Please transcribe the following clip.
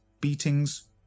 beatings